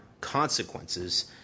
consequences